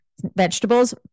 vegetables